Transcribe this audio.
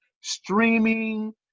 streaming